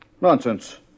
Nonsense